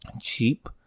cheap